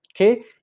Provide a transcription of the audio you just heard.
okay